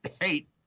hate